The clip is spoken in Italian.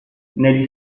negli